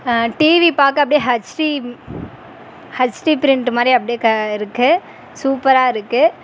TV பார்க்க அப்படியே HD HD print மாதிரியே அப்படியே க இருக்கு சூப்பராகருக்கு